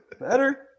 Better